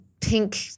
pink